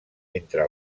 entre